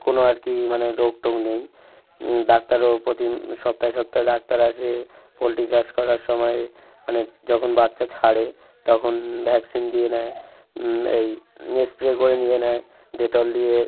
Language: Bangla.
কোনো আর কি মানে রোগ টোগ নেই ডাক্তারও প্রতি সপ্তাহে সপ্তাহে ডাক্তার আসে পোলট্রি চাষ করার সময় মানে যখন বাচ্চা ছাড়ে তখন ভ্যাকসিন দিয়ে নেয় এই স্প্রে করে নিয়ে নেয় ডেটল দিয়ে